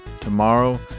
Tomorrow